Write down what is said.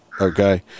Okay